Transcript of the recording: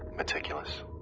imeticulous,